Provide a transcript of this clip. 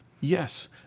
Yes